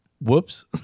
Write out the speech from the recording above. whoops